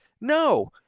No